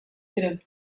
ziren